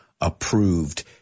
approved